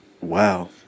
Wow